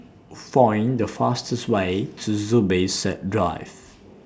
Find The fastest Way to Zubir Said Drive